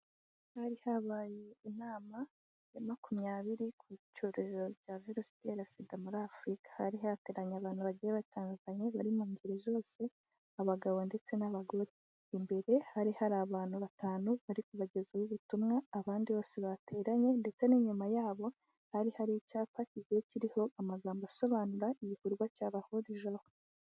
Hari habaye inama ya makumyabiri ku cyorezo rya virusi itera Sida muri Afurika, hari hateranye abantu bagiye batandukanye bari mu ngeri zose abagabo ndetse n'abagore, imbere hari hari abantu batanu bari kubagezaho ubutumwa abandi bose bateranye ndetse n'inyuma yabo hari hari icyapa kigiye kiriho amagambo asobanura igikorwa cyabahurije aho.